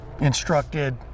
instructed